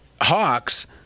Hawks